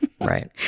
right